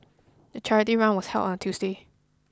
the charity run was held on a Tuesday